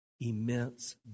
immense